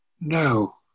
No